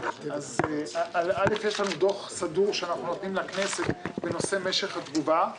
יש לנו דוח סדור שאנחנו נותנים לכנסת בנושא משך התגובה.